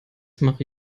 mache